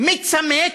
מצמק,